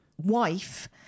wife